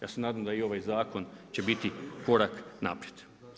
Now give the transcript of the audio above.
Ja se nadam da i ovaj zakon će biti korak naprijed.